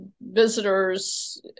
visitors